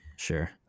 Sure